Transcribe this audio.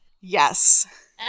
Yes